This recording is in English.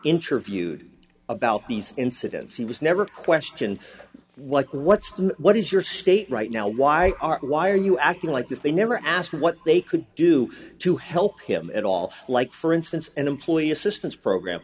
interviewed about these incidents he was never questioned what what's the what is your state right now why are why are you acting like this they never asked what they could do to help him at all like for instance an employee assistance program